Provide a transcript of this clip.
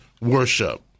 worship